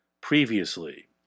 previously